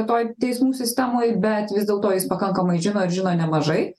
toj teismų sistemoj bet vis dėlto jis pakankamai žino ir žino nemažai